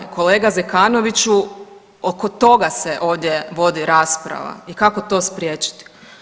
Kolega Zekanoviću oko toga se ovdje vodi rasprava i kako to spriječiti.